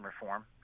reform